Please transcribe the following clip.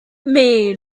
does